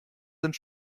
sind